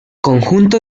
conjunto